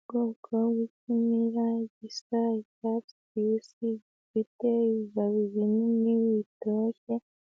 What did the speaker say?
Ubwoko bw'ikimera gisa icyatsi kibisi, gifite ibibabi binini bitoshye